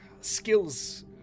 skills